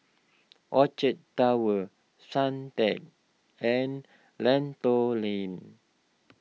Orchard Towers Suntec and Lentor Lane